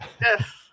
Yes